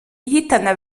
ihitana